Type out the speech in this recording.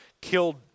killed